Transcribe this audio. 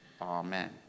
Amen